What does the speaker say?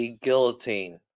Guillotine